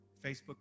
Facebook